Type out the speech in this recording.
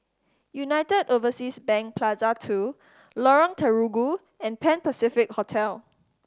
United Overseas Bank Plaza Two Lorong Terigu and Pan Pacific Hotel